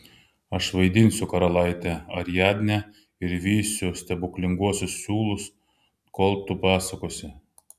aš vaidinsiu karalaitę ariadnę ir vysiu stebuklinguosius siūlus kol tu pasakosi